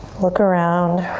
look around.